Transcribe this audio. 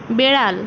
বিড়াল